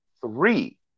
three